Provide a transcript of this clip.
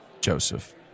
Joseph